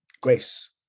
grace